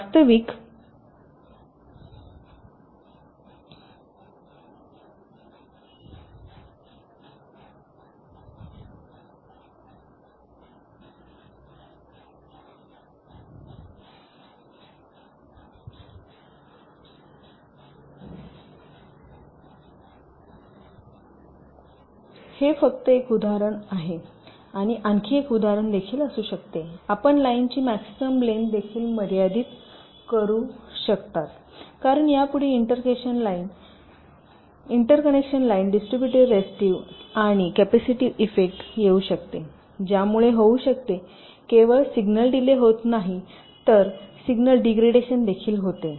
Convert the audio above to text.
वास्तविक संदर्भ वेळ1415 हे फक्त एक उदाहरण आहे आणि आणखी एक उदाहरण देखील असू शकते आपण लाइनची मॅक्सिमम लेन्थ देखील मर्यादित करू शकता कारण यापुढे इंटरकनेक्शन लाइन डिस्ट्रीब्युटेड रेस्टिव्ह आणि कॅपेसिटिव इफेक्ट येऊ शकते ज्यामुळे होऊ शकते केवळ सिग्नल डीले होत नाही तर सिग्नल डीग्रेडेशन देखील होते